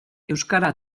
euskara